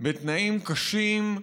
בתנאים קשים,